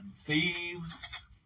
thieves